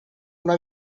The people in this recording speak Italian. una